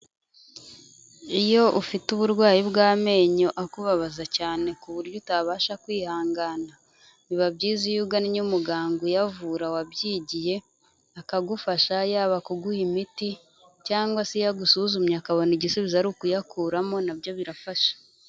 Iyo ufite uburwayi bw'amenyo akubabaza cyane ku buryo utabasha kwihangana, biba byiza iyo ugannye umuganga uyavura wabyigiye akagufasha yaba kuguha imiti cyangwa se iyo agusuzumye akabona igisubizo ari ukuyakuramo nabyo birafasha.